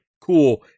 cool